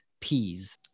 peas